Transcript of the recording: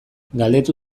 galdetu